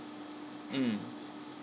mm